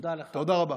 תודה רבה.